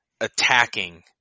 attacking